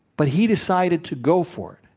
but he decided to go for it.